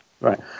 Right